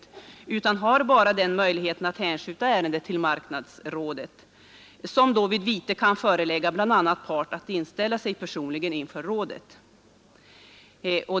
Konsumentombudsmannen har bara då den möjligheten att hänskjuta ärendet till marknadsrådet, som vid vite kan förelägga sådan part att inställa ig personligen inför rådet.